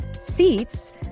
Seats